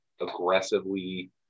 aggressively –